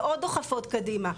ועוד דוחפות קדימה,